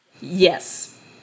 Yes